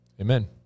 amen